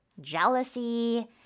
jealousy